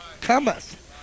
cometh